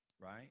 right